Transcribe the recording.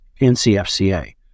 NCFCA